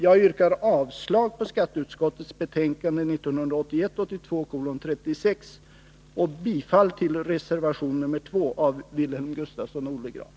Jag yrkar avslag på skatteutskottets betänkande 1981/82:36 och bifall till reservation nr 2 av Wilhelm Gustafsson och Olle Grahn.